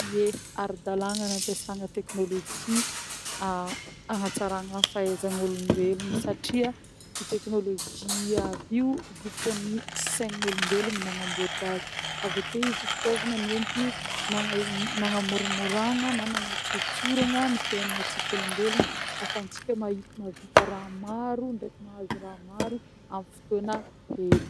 Ye, ara-dalagna ny ampiasana technologie agnatsarana fahaizan'olombelogno satria ny technologie aby io vokatry ny segnin'olombelo nagnambôtra azy, avy ake izy fitôvagna nentigny nagnamoramorana na nagnatsotsorana ny fiegnantsika olombelogno afahantsika mahita mahavita raha maro ndreky mahazo raha maro amin'ny fotoagna hely.